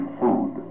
food